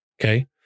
Okay